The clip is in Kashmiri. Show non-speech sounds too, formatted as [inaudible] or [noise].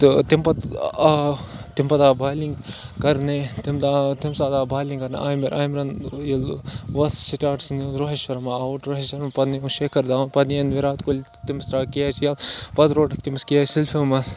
تہٕ تَمہِ پَتہٕ آہ تَمہِ پَتہٕ آو بالِنٛگ کَرنہِ تَمہِ [unintelligible] تَمہِ ساتہٕ آو بالِنٛگ کَرنہِ عامِر عامِرَن [unintelligible] سٕٹاٹسٕے منٛز روہِت شرما آوُٹ روہِٹ شرما [unintelligible] شِکھَر دھوَن پَتہٕ نِیَن وِراٹھ کوہلی تہٕ تٔمِس ترٛاو کیچ ییٚلہٕ پَتہٕ روٚٹُکھ تٔمِس کیچ [unintelligible]